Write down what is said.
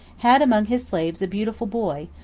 had among his slaves a beautiful boy,